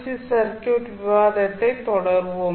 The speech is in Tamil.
சி சர்க்யூட் விவாதத்தைத் தொடருவோம்